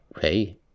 Hey